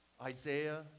Isaiah